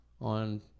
on